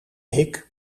hik